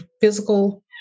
physical